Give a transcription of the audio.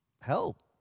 help